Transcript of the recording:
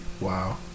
Wow